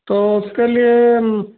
तो उसके लिए